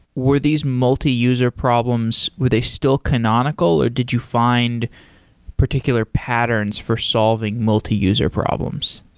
were these multiuser problems, were they still canonical or did you find particular patterns for solving multiuser problems?